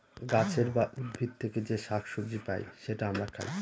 গাছের বা উদ্ভিদ থেকে যে শাক সবজি পাই সেটা আমরা খাই